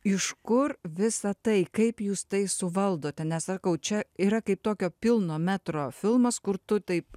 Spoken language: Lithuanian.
iš kur visa tai kaip jūs tai suvaldote nesakau čia yra kaip tokio pilno metro filmas kur tu taip